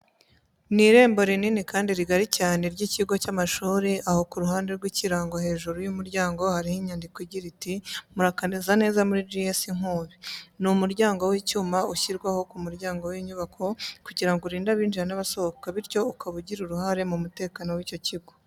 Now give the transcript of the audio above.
Ni irembo rinini kandi rigari cyane ry'ikigo cy'amashuri aho ku ruhande rw’ikirango hejuru y’umuryango hariho inyandiko igira iti murakaza neza muri CS Nkubi. Ni umuryango w’icyuma ushyirwaho ku muryango w’inyubako kugira ngo urinde abinjira n’abasohoka bityo ukaba ugira uruhare mu mutekano w’icyo kigo.